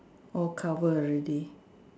all cover already